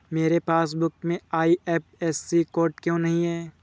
मेरे पासबुक में IFSC code क्यो नहीं है?